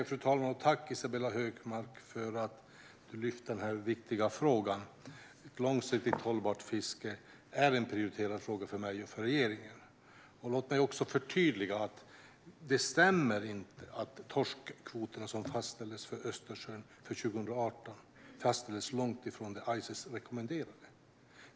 Fru talman! Tack, Isabella Hökmark, för att du har lyft fram den här viktiga frågan! Ett långsiktigt hållbart fiske är en prioriterad fråga för mig och regeringen. Låt mig förtydliga att det inte stämmer att torskkvoterna som fastställdes för Östersjön för 2018 fastställdes långt ifrån det som Ices rekommenderade.